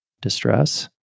distress